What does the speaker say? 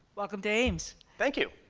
welcome to ames. thank you.